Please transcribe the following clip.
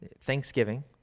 Thanksgiving